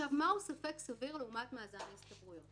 מהו "ספק סביר" לעומת "מאזן ההסתברויות",